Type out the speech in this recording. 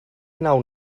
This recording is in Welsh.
wnawn